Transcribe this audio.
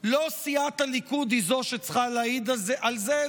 לא סיעת הליכוד היא זו שצריכה להעיד על זה,